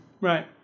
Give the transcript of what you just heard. Right